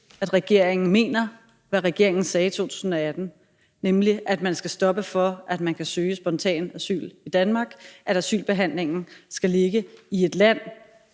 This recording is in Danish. at regeringen mener, hvad regeringen sagde i 2018, nemlig at man skal sætte en stopper for, at man kan søge spontan asyl i Danmark, at asylbehandlingen skal ligge i et land,